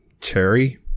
cherry